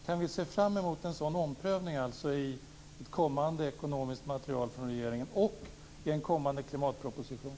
Kan vi se fram emot en sådan omprövning i kommande ekonomiskt material från regeringen och i en kommande klimatproposition?